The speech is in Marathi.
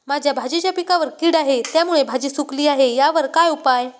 माझ्या भाजीच्या पिकावर कीड आहे त्यामुळे भाजी सुकली आहे यावर काय उपाय?